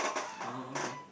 orh okay